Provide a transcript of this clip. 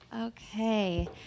Okay